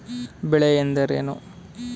ಬೆಳೆ ಎಂದರೇನು?